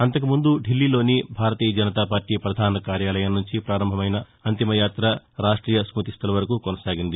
అంతకుముందు ఢిల్లీలోని బారతీయ జనతాపార్లీ ప్రధాన కార్యాలయం నుంచి పారంభమై అంతిమయాత రాష్టీయ స్వృతిస్లల్ వరకు సాగింది